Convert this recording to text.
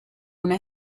una